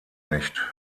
nicht